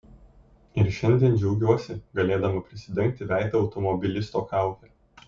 ir šiandien džiaugiuosi galėdama prisidengti veidą automobilisto kauke